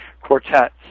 quartet